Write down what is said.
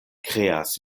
kreas